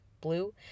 blue